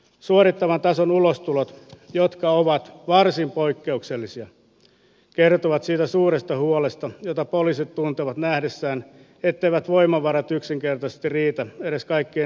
suorittavan tason ulostulot jotka ovat varsin poikkeuksellisia kertovat siitä suuresta huolesta jota poliisit tuntevat nähdessään etteivät voimavarat yksinkertaisesti riitä edes kaikkien hälytystehtävien hoitamiseen